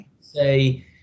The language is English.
say